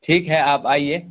ٹھیک ہے آپ آئیے